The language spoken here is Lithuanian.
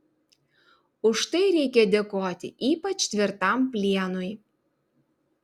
už tai reikia dėkoti ypač tvirtam plienui